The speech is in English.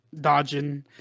dodging